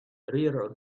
reared